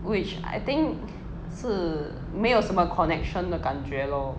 which I think 是没有什么 connection 的感觉 lor